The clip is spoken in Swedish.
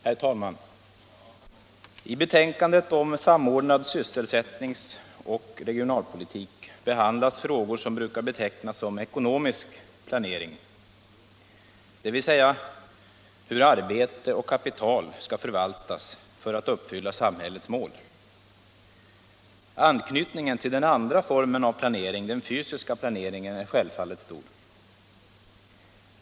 Herr talman! I betänkandet om samordnad sysselsättnings-och regionalpolitik behandlas frågor som brukar betecknas som ekonomisk planering, dvs. hur arbete och kapital skall förvaltas för att uppfylla samhällets mål. Anknytningen till den andra formen av planering, den fysiska planeringen, är självfallet stor.